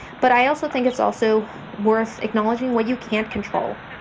but i also think it's also worth acknowledging what you can't control.